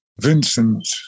Vincent